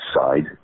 side